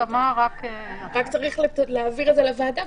רק צריך להעביר את זה לוועדה,